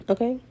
Okay